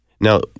Now